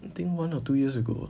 I think one or two years ago